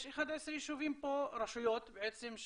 יש 11 יישובים פה, רשויות בעצם,